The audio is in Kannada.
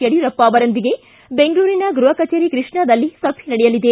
ಯಡಿಯೂರಪ್ಪ ಅವರೊಂದಿಗೆ ಗೃಹ ಕಚೇರಿ ಕೃಷ್ಣಾದಲ್ಲಿ ಸಭೆ ನಡೆಯಲಿದೆ